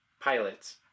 pilots